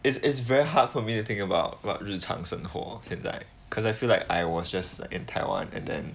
it's is very hard for me to think about what 日常生活 can die because I feel like I was just in taiwan and then